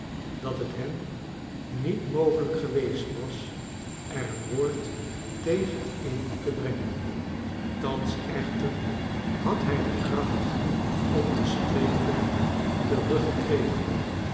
dat het hem niet mogelijk geweest was er een woord tegen in te brengen thans echter had hij de kracht om te spreken teruggekregen